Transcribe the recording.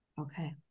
Okay